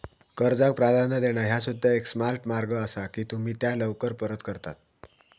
कर्जाक प्राधान्य देणा ह्या सुद्धा एक स्मार्ट मार्ग असा की तुम्ही त्या लवकर परत करता